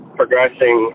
progressing